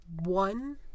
one